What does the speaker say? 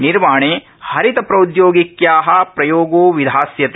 निर्माणे हरित प्रौद्योगिक्या प्रयोगो विधास्यते